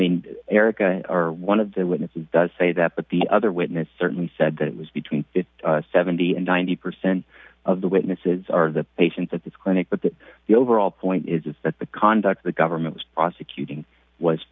mean erica are one of the witnesses does say that but the other witness certainly said that was between seventy and ninety percent of the witnesses are the patients at this clinic but that the overall point is that the conduct the government was prosecuting was